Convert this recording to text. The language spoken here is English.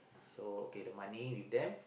so okay the money with them